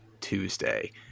Tuesday